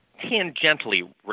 tangentially